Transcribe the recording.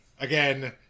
again